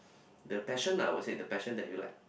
the passion lah I would said the passion that you like